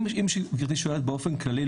אם גברתי שואלת באופן כללי,